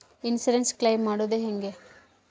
Insurance claim ಮಾಡೋದು ಹೆಂಗ?